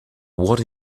what